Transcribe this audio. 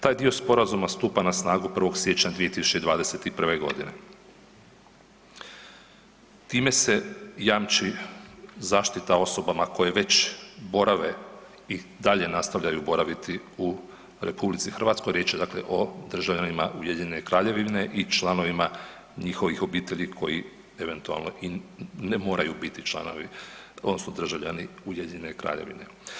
Taj dio sporazuma stupa na snagu 1. siječnja 2021.g. Time se jamči zaštita osobama koje već borave i dalje nastavljaju boraviti u RH, riječ je dakle o državljanima Ujedinjene Kraljevine i članovima njihovih obitelji koji eventualno i ne moraju biti članovi odnosno državljani Ujedinjene Kraljevine.